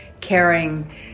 caring